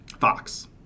Fox